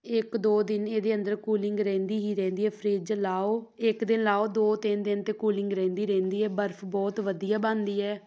ਇਕ ਦੋ ਦਿਨ ਇਹਦੇ ਅੰਦਰ ਕੂਲਿੰਗ ਰਹਿੰਦੀ ਹੀ ਰਹਿੰਦੀ ਹੈ ਫਰਿੱਜ ਲਗਾਓ ਇੱਕ ਦਿਨ ਲਗਾਓ ਦੋ ਤਿੰਨ ਦਿਨ ਤਾਂ ਕੂਲਿੰਗ ਰਹਿੰਦੀ ਰਹਿੰਦੀ ਹੈ ਬਰਫ਼ ਬਹੁਤ ਵਧੀਆ ਬਣਦੀ ਹੈ